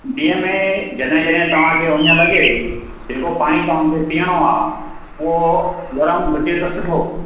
ॾींहं में जॾहिं जॾहिं तव्हांखे उञ लॻे जेको पाणी तव्हांखे पीअणो आहे उहो गरम हुजे त सुठो